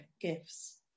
gifts